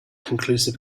conclusive